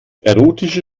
erotische